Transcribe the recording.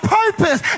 purpose